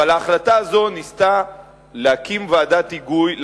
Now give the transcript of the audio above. אבל ההחלטה הזאת ניסתה להקים ועדת היגוי,